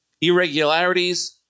irregularities